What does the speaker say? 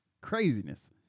craziness